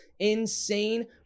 insane